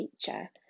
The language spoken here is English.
teacher